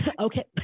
Okay